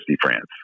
France